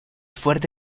fuerte